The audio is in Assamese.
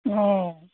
অঁ